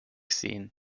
sehen